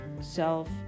self